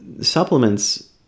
supplements